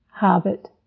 habit